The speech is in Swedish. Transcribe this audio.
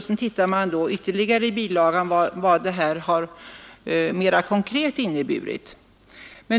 Så tittar man i bilagan vad detta mera konkret har inneburit.